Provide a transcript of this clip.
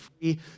free